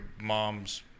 mom's